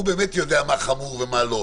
הוא באמת יודע מה חמור ומה לא.